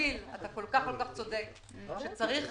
במקביל אתה צודק שצריך